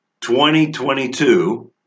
2022